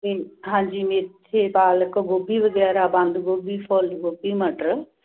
ਅਤੇ ਹਾਂਜੀ ਮੇਥੇ ਪਾਲਕ ਗੋਭੀ ਵਗੈਰਾ ਬੰਦ ਗੋਭੀ ਫੁਲ ਗੋਭੀ ਮਟਰ